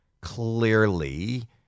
clearly